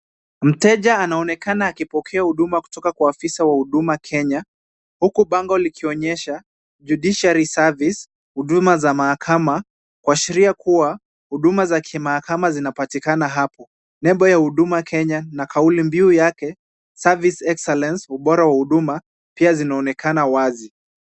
Mteja anaonekana akipokea huduma kutoka kwa ofisa wa huduma Kenya, huku bango likionyesha Judiciary service huduma za mahakama kuashiria kuwa huduma za kimahakama zinatolewa hapo. Nembo ya huduma Kenya na kaulimbiu yake service excellence ubora wa huduma pia zinaonekana wazi.